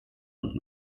und